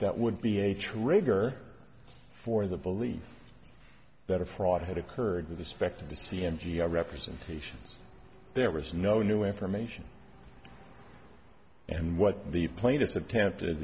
that would be a trigger for the belief that a fraud had occurred with respect to the c n g r representations there was no new information and what the plaintiffs of tempted